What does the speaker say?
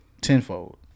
Tenfold